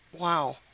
Wow